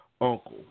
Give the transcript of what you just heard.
uncle